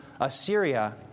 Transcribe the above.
Assyria